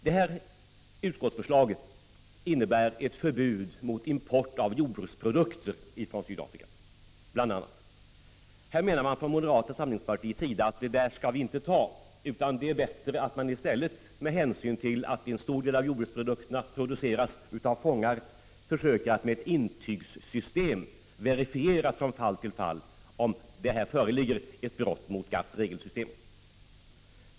Det här utskottsförslaget innebär bl.a. ett förbud mot import av jordbruksprodukter från Sydafrika. Här menar man från moderata samlingspartiets sida att vi inte skall införa förbud, utan att det är bättre att man i stället med hänsyn till att en stor del av jordbruksprodukterna produceras av fångar försöker med hjälp av ett intygssystem från fall till fall verifiera om det föreligger ett brott mot GATT:s regelsystem.